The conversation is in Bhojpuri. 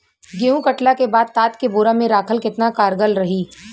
गेंहू कटला के बाद तात के बोरा मे राखल केतना कारगर रही?